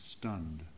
Stunned